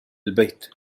البيت